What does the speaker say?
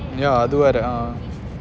yeah